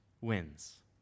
wins